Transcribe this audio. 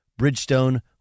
Bridgestone